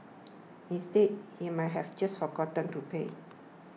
instead he might have just forgotten to pay